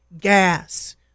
gas